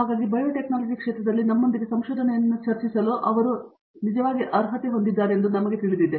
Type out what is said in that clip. ಹಾಗಾಗಿ ಬಯೋಟೆಕ್ನಾಲಜಿ ಕ್ಷೇತ್ರದಲ್ಲಿ ನಮ್ಮೊಂದಿಗೆ ಸಂಶೋಧನೆಯನ್ನು ಚರ್ಚಿಸಲು ಅವರು ಚೆನ್ನಾಗಿ ಅರ್ಹತೆ ಹೊಂದಿದ್ದಾರೆಂದು ನಿಮಗೆ ತಿಳಿದಿದೆ